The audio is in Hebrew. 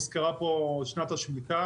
הוזכרה פה שנת השמיטה,